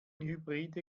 hybride